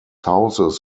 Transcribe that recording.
houses